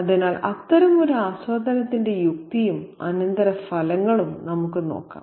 അതിനാൽ അത്തരമൊരു ആസ്വാദനത്തിന്റെ യുക്തിയും അനന്തരഫലങ്ങളും നമുക്ക് നോക്കാം